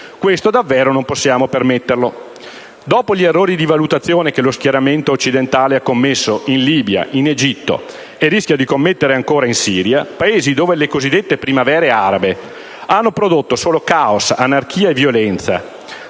Questo davvero non possiamo permetterlo. Dopo gli errori di valutazione che lo schieramento occidentale ha commesso in Libia e in Egitto e che rischia ancora di commettere in Siria, Paesi dove le cosiddette primavere arabe hanno prodotto solo caos, anarchia e violenza,